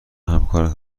همکارت